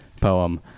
poem